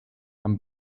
and